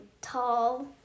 tall